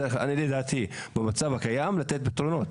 לדעתי במצב הקיים צריך לתת פתרונות.